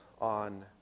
on